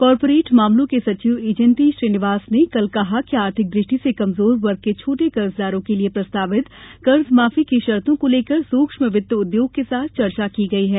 corporate मामलों के सचिव इंजेती श्रीनिवास ने कल कहा कि आर्थिक दृष्टि से कमजोर वर्ग के छोटे कर्जदारों के लिए प्रस्तावित कर्जमाफी की शर्तों को लेकर सूक्ष्मवित्त उद्योग के साथ चर्चा की गई है